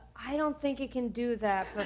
i don't think you can do that